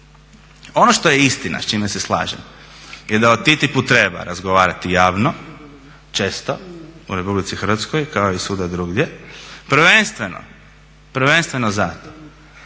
Ono što je istine, s čime se slažem je da o TTIP-u treba razgovarati javno, često u Republici Hrvatskoj kao i svuda drugdje, prvenstveno zato